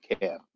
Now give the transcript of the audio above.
care